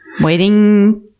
Waiting